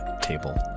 Table